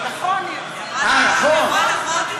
נכון, היא אמרה.